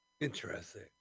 Interesting